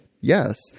yes